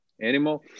Animal